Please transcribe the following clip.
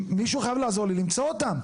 מישהו חייב לעזור לי למצוא אותם.